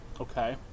Okay